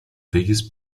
biggest